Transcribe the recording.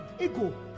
ego